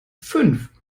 fünf